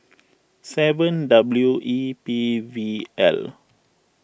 seven W E P V L